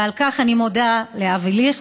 על כך אני מודה לאבי ליכט,